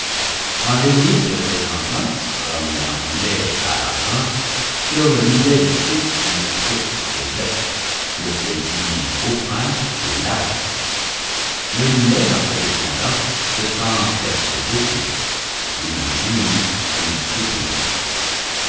quand l'ennemi se présentant comme il en voulait à l'argent sur le mulet du fisc une troupe se jette le saisit au frein et l'arrête le mulet en se défendant se sent percer de coups il gémit il soupire